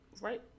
Right